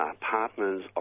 Partners